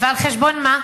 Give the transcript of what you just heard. ועל חשבון מה?